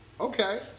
Okay